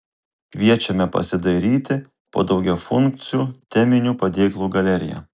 kviečiame pasidairyti po daugiafunkcių teminių padėklų galeriją